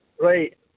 Right